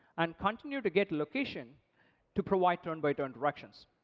and continue to get location to provide turn by turn directions.